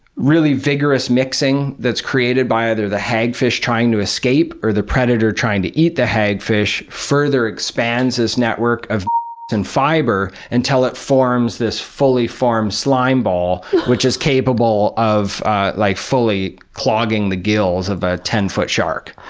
really vigorous mixing that's created by either the hagfish trying to escape or the predator trying to eat the hagfish further expands this network of m and fiber, until it forms this fully formed slime ball, which is capable of ah like fully clogging the gills of a ten foot shark.